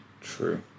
True